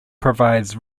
provides